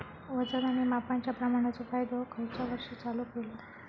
वजन आणि मापांच्या प्रमाणाचो कायदो खयच्या वर्षी चालू केलो?